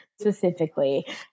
specifically